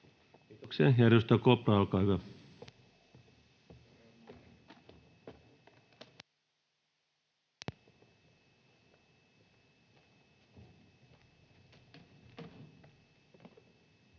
Kiitoksia. — Edustaja Huru, olkaa hyvä. Kiitos,